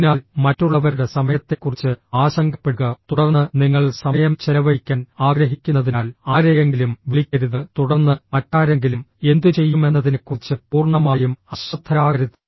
അതിനാൽ മറ്റുള്ളവരുടെ സമയത്തെക്കുറിച്ച് ആശങ്കപ്പെടുക തുടർന്ന് നിങ്ങൾ സമയം ചെലവഴിക്കാൻ ആഗ്രഹിക്കുന്നതിനാൽ ആരെയെങ്കിലും വിളിക്കരുത് തുടർന്ന് മറ്റാരെങ്കിലും എന്തുചെയ്യുമെന്നതിനെക്കുറിച്ച് പൂർണ്ണമായും അശ്രദ്ധരാകരുത്